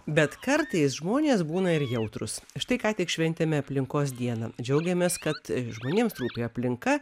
bet kartais žmonės būna ir jautrūs štai ką tik šventėme aplinkos dieną džiaugiamės kad žmonėms rūpi aplinka